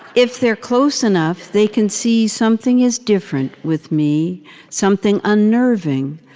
if they're close enough, they can see something is different with me something unnerving,